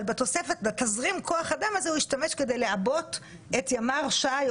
אבל בתזרים כוח אדם הזה הוא ישתמש כדי לעבות את ימ"ר ש"י,